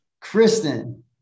Kristen